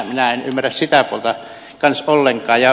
minä en ymmärrä sitä puolta kanssa ollenkaan